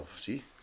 See